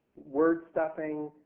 word-stuffing,